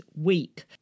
week